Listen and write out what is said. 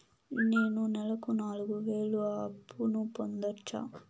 నేను నెలకు నాలుగు వేలు అప్పును పొందొచ్చా?